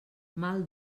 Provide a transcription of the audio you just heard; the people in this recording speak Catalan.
mal